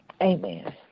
amen